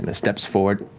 and steps forward.